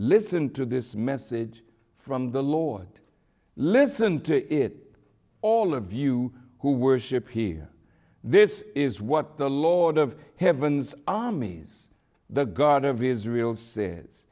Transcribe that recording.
listen to this message from the lord listen to it all of you who worship here this is what the lord of heaven's armies the god of israel s